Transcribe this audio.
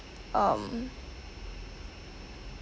um